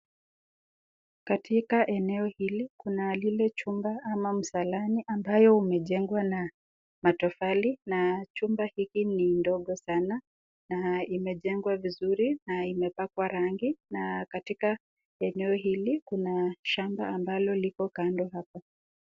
Katika eneo hili kuna chunga au msalani ambayo ime jengwa na tofali na chumba hiki ni ndogo sana na ime jengwa vizuri na ime pakwa rangi na katika eneo hili kuna shamba ambalo lipo kando hapa.